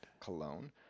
Cologne